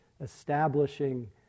establishing